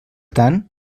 tant